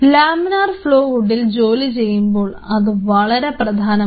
laminar flow ഹുഡിൽ ജോലി ചെയ്യുമ്പോൾ ഇത് വളരെ പ്രധാനമാണ്